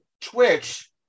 Twitch